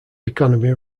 economy